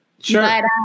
Sure